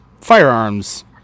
firearms